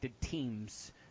teams